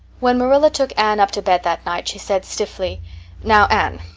when marilla took anne up to bed that night she said stiffly now, anne,